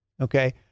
Okay